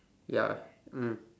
ya mm